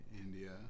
India